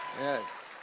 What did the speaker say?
Yes